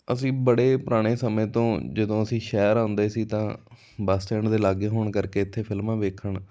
ਅਸੀਂ ਬੜੇ ਪੁਰਾਣੇ ਸਮੇਂ ਤੋਂ ਜਦੋਂ ਅਸੀਂ ਸ਼ਹਿਰ ਆਉਂਦੇ ਸੀ ਤਾਂ ਬੱਸ ਸਟੈਂਡ ਦੇ ਲਾਗੇ ਹੋਣ ਕਰਕੇ ਇੱਥੇ ਫਿਲਮਾਂ ਵੇਖਣ